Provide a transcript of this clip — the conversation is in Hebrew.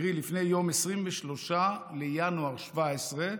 קרי, לפני יום 23 בינואר 2017,